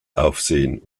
aufsehen